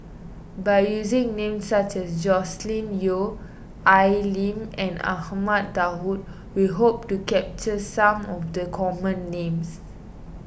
by using names such as Joscelin Yeo Al Lim and Ahmad Daud we hope to capture some of the common names